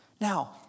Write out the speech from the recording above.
Now